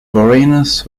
vorenus